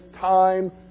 time